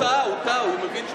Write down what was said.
הוא טעה, הוא טעה.